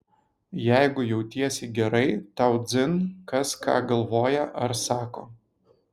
jeigu jautiesi gerai tau dzin kas ką galvoja ar sako